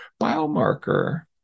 biomarker